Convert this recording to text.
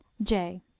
j